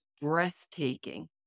breathtaking